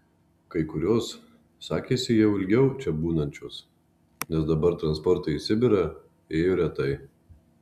kai kurios sakėsi jau ilgiau čia būnančios nes dabar transportai į sibirą ėjo retai